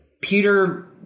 Peter